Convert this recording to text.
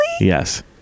Yes